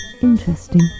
Interesting